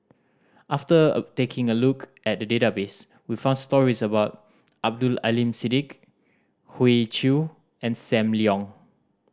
after taking a look at the database we found stories about Abdul Aleem Siddique Hoey Choo and Sam Leong